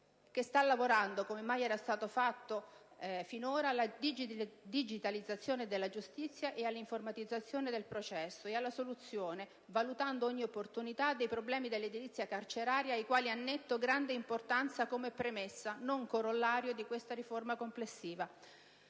lei sta lavorando, come mai era stato fatto, alla digitalizzazione della giustizia, all'informatizzazione del processo e alla soluzione, valutando ogni opportunità, dei problemi dell'edilizia carceraria ai quali annetto grande importanza come premessa (non corollario) della riforma complessiva.